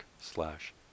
slash